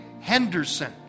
Henderson